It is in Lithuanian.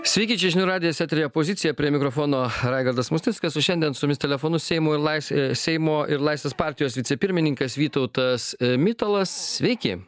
sveiki čia žinių radijas eteryje opozicija prie mikrofono raigardas musnickas o šiandien su mumis telefonu seimui ir laisvą seimo ir laisvės partijos vicepirmininkas vytautas mitalas sveiki